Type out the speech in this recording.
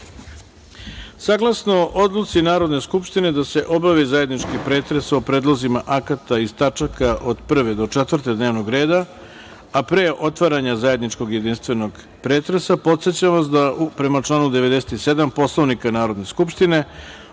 odluci Narodne skupštine da se obavi zajednički pretres o predlozima akata iz tačaka od 1. do 4. dnevnog reda, a pre otvaranja zajedničkog jedinstvenog pretresa, podsećam vas da, prema članu 97. Poslovnika Narodne skupštine,